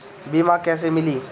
बीमा कैसे मिली?